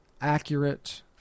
accurate